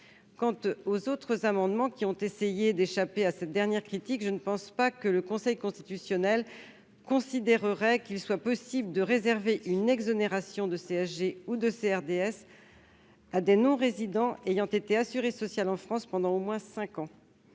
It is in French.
dont les auteurs ont tâché d'échapper à cette dernière critique, je ne pense pas que le Conseil constitutionnel considérerait qu'il est possible de réserver une exonération de CSG ou de CRDS aux non-résidents ayant été assurés sociaux en France pendant au moins cinq ans.